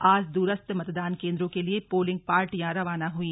आज दूरस्थ मतदान केंद्रों के लिए पोलिंग पार्टियां रवाना हुईं